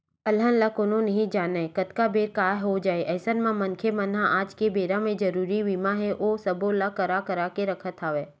अलहन ल कोनो नइ जानय कतका बेर काय हो जाही अइसन म मनखे मन ह आज के बेरा म जरुरी बीमा हे ओ सब्बो ल करा करा के रखत हवय